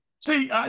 See